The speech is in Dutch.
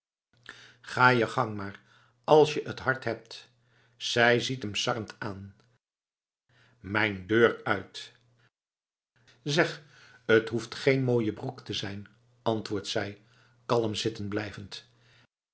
ga je gang maar als je t hart hebt zij ziet hem sarrend aan mijn deur uit zeg t hoeft geen mooie broek te zijn antwoordt zij kalm zitten blijvend